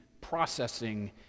processing